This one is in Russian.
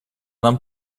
нам